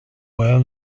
well